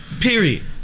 Period